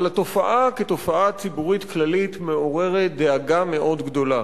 אבל התופעה כתופעה ציבורית כללית מעוררת דאגה מאוד גדולה.